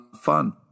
fun